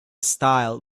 style